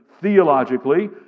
theologically